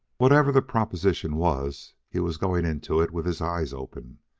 whatever the proposition was, he was going into it with his eyes open.